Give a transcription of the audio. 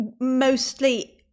mostly